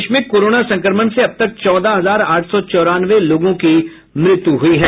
देश में कोरोना संक्रमण से अब तक चौदह हजार आठ सौ चौरानवे लोगों की मृत्यु हुई है